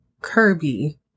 Kirby